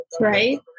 right